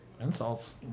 Insults